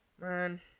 man